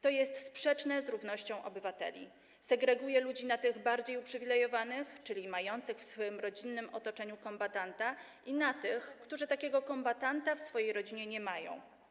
To jest sprzeczne z zasadą równością obywateli, gdyż segreguje się ludzi na tych bardziej uprzywilejowanych, czyli mających w swym rodzinnym otoczeniu kombatanta, i na tych, którzy takiego kombatanta w swojej rodzinie nie mają.